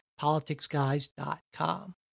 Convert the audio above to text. politicsguys.com